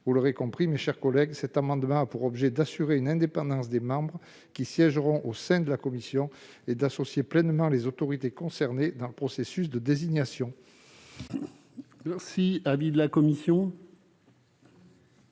Vous l'aurez compris, mes chers collègues, cet amendement a pour objet d'assurer l'indépendance des membres siégeant au sein de la commission, et d'associer pleinement les autorités concernées au processus de désignation. Quel est l'avis de la commission